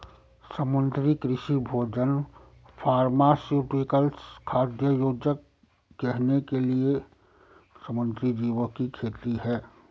समुद्री कृषि भोजन फार्मास्यूटिकल्स, खाद्य योजक, गहने के लिए समुद्री जीवों की खेती है